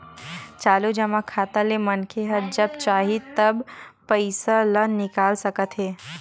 चालू जमा खाता ले मनखे ह जब चाही तब पइसा ल निकाल सकत हे